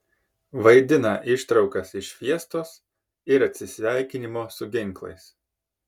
vaidina ištraukas iš fiestos ir atsisveikinimo su ginklais